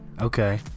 Okay